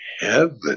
heaven